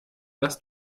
das